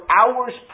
hours